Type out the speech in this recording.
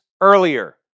earlier